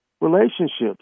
relationships